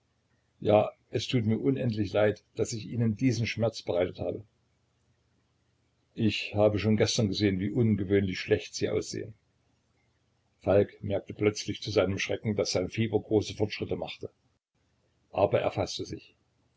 ja es tut mir unendlich leid daß ich ihnen diesen schmerz bereitet habe ich habe schon gestern gesehen wie ungewöhnlich schlecht sie aussehen falk merkte plötzlich zu seinem schrecken daß sein fieber große fortschritte machte aber er faßte sich